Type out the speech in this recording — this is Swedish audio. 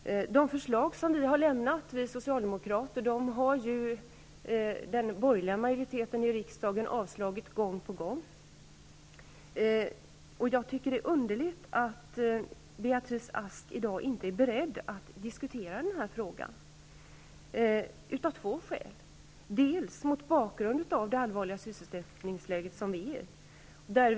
De förslag som vi socialdemokrater har fört fram har den borgerliga majoriteten i riksdagen avslagit gång på gång. Jag tycker av två skäl att det är underligt att Beatrice Ask i dag inte är beredd att diskutera frågan. Det första är det allvarliga sysselsättningsläge som råder.